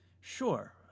Sure